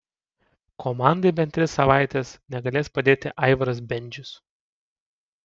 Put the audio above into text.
komandai bent tris savaites negalės padėti aivaras bendžius